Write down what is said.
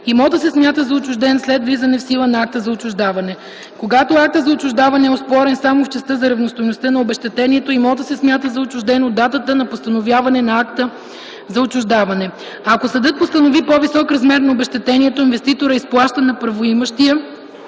Имотът се смята за отчужден след влизане в сила на акта за отчуждаване. (2) Когато актът за отчуждаване е оспорен само в частта за равностойността на обезщетението, имотът се смята за отчужден от датата на постановяване на акта за отчуждаване. Ако съдът постанови по-висок размер на обезщетението, инвеститорът изплаща на правоимащия